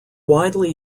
widely